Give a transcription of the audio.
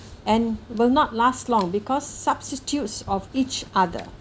and will not last long because substitutes of each other